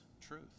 truth